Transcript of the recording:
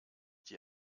die